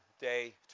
day